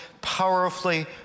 powerfully